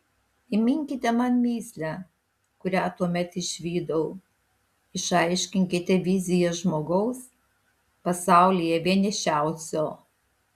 įminkite man mįslę kurią tuomet išvydau išaiškinkite viziją žmogaus pasaulyje vienišiausio